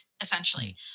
essentially